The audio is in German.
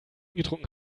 getrunken